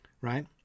Right